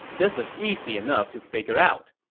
this is easy enough to figure out.